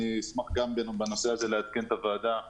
אני אשמח לעדכן את הוועדה בהמשך,